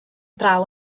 draw